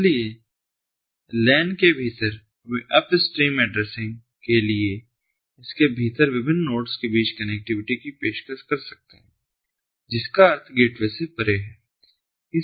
इसलिए LAN के भीतर वे अपस्ट्रीम एड्रेसिंग के लिए इसके भीतर विभिन्न नोड्स के बीच कनेक्टिविटी की पेशकश कर सकते हैं जिसका अर्थ गेटवे से परे है